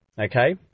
okay